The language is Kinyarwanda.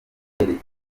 yerekeje